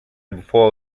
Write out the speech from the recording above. before